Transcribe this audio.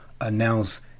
announce